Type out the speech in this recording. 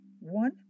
one